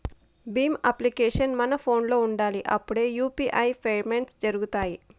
Bhim application మన ఫోనులో ఉండాలి అప్పుడే యూ.పీ.ఐ పేమెంట్స్ జరుగుతాయి